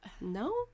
no